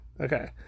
okay